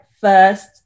first